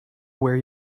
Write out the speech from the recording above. where